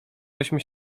żeśmy